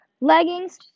Leggings